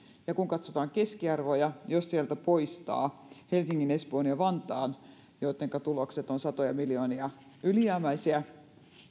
ja kun katsotaan keskiarvoja niin jos sieltä poistaa helsingin espoon ja vantaan joittenka tulokset ovat satoja miljoonia ylijäämäisiä